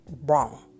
wrong